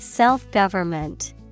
Self-government